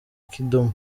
kidum